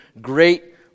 great